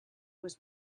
was